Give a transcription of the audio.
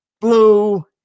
blue